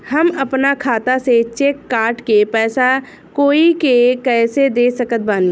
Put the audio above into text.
हम अपना खाता से चेक काट के पैसा कोई के कैसे दे सकत बानी?